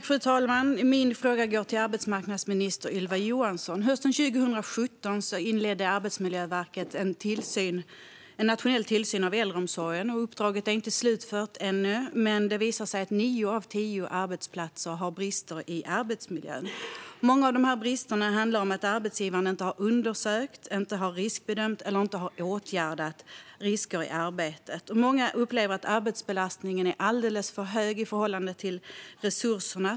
Fru talman! Min fråga går till arbetsmarknadsminister Ylva Johansson. Hösten 2017 inledde Arbetsmiljöverket en nationell tillsyn av äldreomsorgen. Uppdraget är inte slutfört ännu, men det har visat sig att nio av tio arbetsplatser har brister i arbetsmiljön. Många av dessa brister handlar om att arbetsgivaren inte har undersökt risker, riskbedömt eller åtgärdat risker i arbetet. Många upplever att arbetsbelastningen är alldeles för hög i förhållande till resurserna.